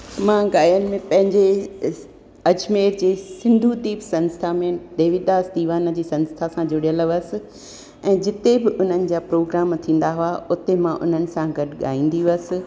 मां गायनि में पंहिंजे अजमेर जे सिंधू तिर्थ संस्था में देवीदास दिवाने जी संस्था सां जुड़ियल हुअसि ऐं जिते बि उन्हनि जा प्रोग्राम थींदा हुआ उते मां उन्हनि सां गॾु गाईंदी हुअसि